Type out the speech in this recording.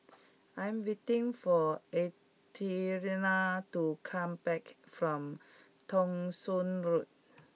I am waiting for Athena to come back from Thong Soon Road